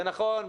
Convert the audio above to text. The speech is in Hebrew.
ונכון,